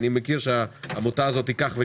אני מכיר שהעמותה הזאת היא כך וכך,